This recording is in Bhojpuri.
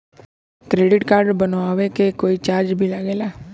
क्रेडिट कार्ड बनवावे के कोई चार्ज भी लागेला?